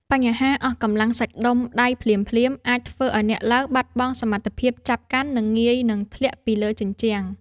បញ្ហាអស់កម្លាំងសាច់ដុំដៃភ្លាមៗ អាចធ្វើឱ្យអ្នកឡើងបាត់បង់សមត្ថភាពចាប់កាន់ និងងាយនឹងធ្លាក់ពីលើជញ្ជាំង។